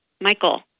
Michael